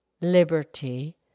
liberty